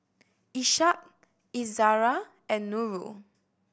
Ishak Izzara and Nurul